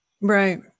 Right